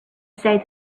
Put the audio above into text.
say